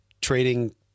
trading